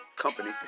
company